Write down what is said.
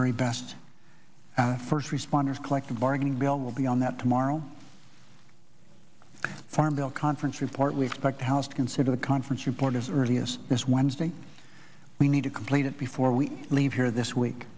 very best first responders collective bargaining bill will be on that tomorrow farm bill conference report we expect the house to consider the conference report as early as this wednesday we need to complete it before we leave here this week